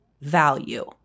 value